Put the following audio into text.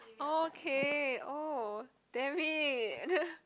oh okay oh damn it